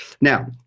Now